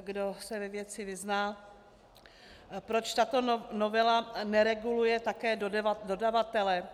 kdo se ve věci vyzná, proč tato novela nereguluje také dodavatele.